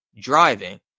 driving